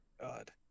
God